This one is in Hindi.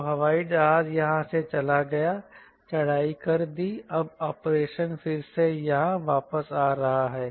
तो हवाई जहाज यहाँ से चला गया चढ़ाई कर दी अब ऑपरेशन फिर से यहाँ वापस आ रहा है